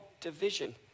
division